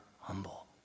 humble